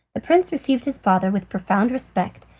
the prince received his father with profound respect,